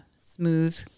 smooth